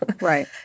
right